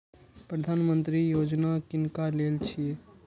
प्रधानमंत्री यौजना किनका लेल छिए?